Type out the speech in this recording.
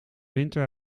winter